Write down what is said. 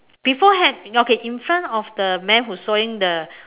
before hat okay in front of the man who's sawing the